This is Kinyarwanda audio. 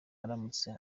aramutse